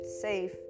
safe